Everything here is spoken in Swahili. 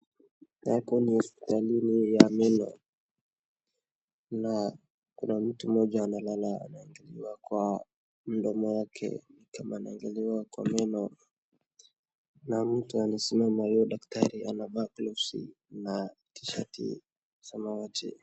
Hapo ni hospitali ni ya meno na kuna mtu mmoja analala anaangaliwa kwa mdomo yake ni kama anaangaliwa kwa meno. Na mtu anasimama huyo daktari anavaa gloves na t-shirti samawati.